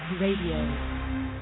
Radio